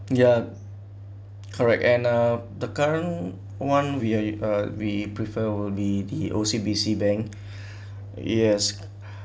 ya correct and uh the current one we uh we prefer will be the O_C_B_C bank yes